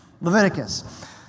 Leviticus